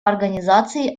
организации